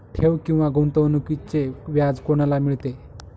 ठेव किंवा गुंतवणूकीचे व्याज कोणाला मिळते?